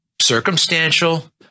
Circumstantial